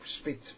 spit